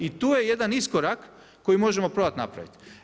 I tu je jedan iskorak koji možemo probati napraviti.